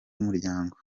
umuryango